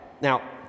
Now